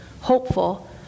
hopeful